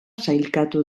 sailkatu